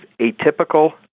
atypical